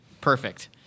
Perfect